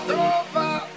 over